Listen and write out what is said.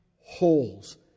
holes